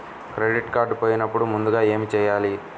Credit card పోయినపుడు ముందుగా ఏమి చేయాలి?